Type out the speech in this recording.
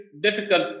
difficult